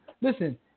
listen